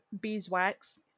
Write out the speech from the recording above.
beeswax